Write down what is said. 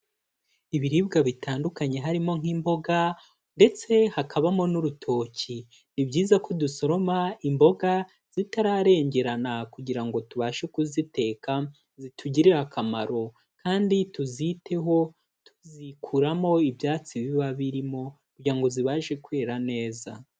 Ibiribwa bitandukanye harimo nk'imboga ndetse hakabamo n'urutoki, ni byiza ko dusoroma imboga zitararengerana kugira ngo tubashe kuziteka zitugirire akamaro kandi tuziteho tuzikuramo ibyatsi biba birimo kugira ngo zibashe kwera neza.